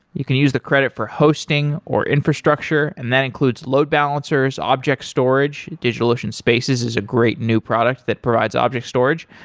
you can use the credit for hosting, or infrastructure and that includes load balancers, object storage, digitalocean spaces is a great new product that provides object storage,